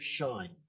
shine